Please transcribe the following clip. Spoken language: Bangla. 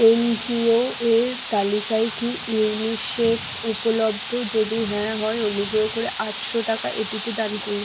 এনজিও এর তালিকায় কি ইউনিসেফ উপলব্ধ যদি হ্যাঁ হয় অনুগ্রহ করে আটশো টাকা এটিতে দান করুন